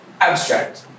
abstract